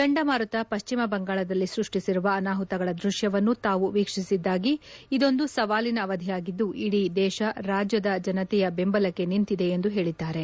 ಚಂಡಮಾರುತ ಪಶ್ಚಿಮ ಬಂಗಾಳದಲ್ಲಿ ಸ್ಪಷ್ಟಿಸಿರುವ ಅನಾಹುತಗಳ ದ್ವಶ್ಲಗಳನ್ನು ತಾವು ವೀಕ್ಷಿಸಿದ್ಲಾಗಿ ಇದೊಂದು ಸವಾಲಿನ ಅವಧಿಯಾಗಿದ್ಲು ಇಡೀ ದೇಶ ರಾಜ್ಯದ ಜನತೆಯ ಬೆಂಬಲಕ್ಕೆ ನಿಂತಿದೆ ಎಂದು ಹೇಳಿದ್ದಾರೆ